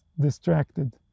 distracted